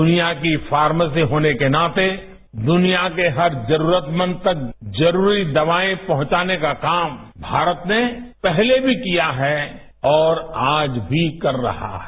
दुनिया की फार्मेसी होने के नाते दुनिया के हर जरूरतमंद तक जरूरी दवाएं पहुंचाने का काम भारत ने पहले भी किया है और आज भी कर रहा है